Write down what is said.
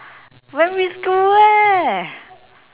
primary school leh